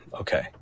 Okay